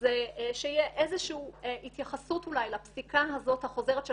זה שתהיה איזו שהיא התייחסות לפסיקה הזאת החוזרת של